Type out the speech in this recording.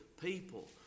people